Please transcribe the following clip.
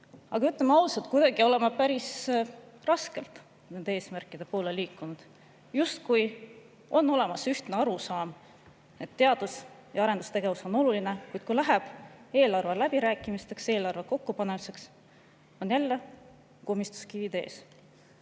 Aga ütleme ausalt, me oleme kuidagi päris raskelt nende eesmärkide poole liikunud. Justkui on olemas ühtne arusaam, et teadus‑ ja arendustegevus on oluline, kuid kui läheb eelarve läbirääkimisteks, eelarve kokkupanemiseks, on jälle komistuskivid ees.